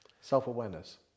Self-awareness